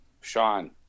Sean